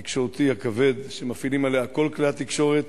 התקשורתי הכבד שמפעילים עליה כל כלי התקשורת